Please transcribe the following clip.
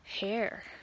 hair